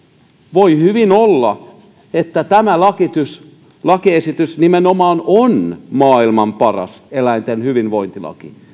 voi hyvin olla että tämä lakiesitys lakiesitys nimenomaan on maailman paras eläinten hyvinvointilaki